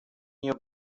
your